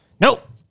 Nope